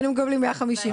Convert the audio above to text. היינו מקבלים 150,